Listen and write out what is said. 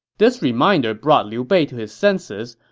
this reminder brought liu bei to his senses,